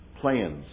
plans